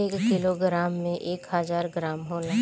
एक किलोग्राम में एक हजार ग्राम होला